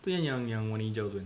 tu yang yang warna hijau tu kan